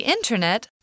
Internet